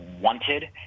wanted